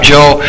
Joe